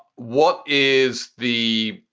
what is the.